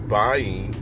buying